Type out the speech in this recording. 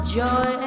joy